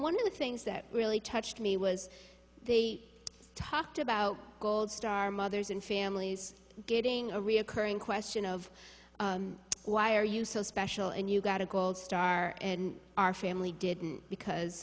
one of the things that really touched me was the talked about gold star mothers and families getting a reoccurring question of why are you so special and you got a gold star and our family didn't because